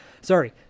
Sorry